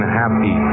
happy